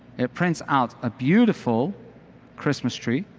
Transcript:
it prints out a beautiful christmas tree.